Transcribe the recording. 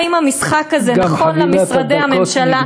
האם המשחק הזה נכון למשרדי הממשלה?